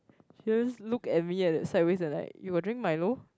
just look at me at sideways and like you got drink milo